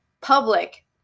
public